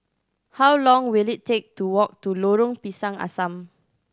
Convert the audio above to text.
how long will it take to walk to Lorong Pisang Asam